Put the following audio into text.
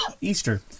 Easter